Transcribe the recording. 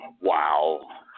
wow